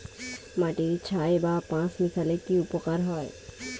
মাটিতে ছাই বা পাঁশ মিশালে কি উপকার হয়?